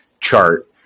chart